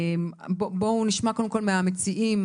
נשמע קודם כול מהמציעים,